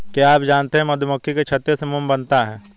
क्या आप जानते है मधुमक्खी के छत्ते से मोम बनता है